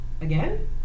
Again